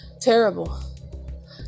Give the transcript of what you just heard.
terrible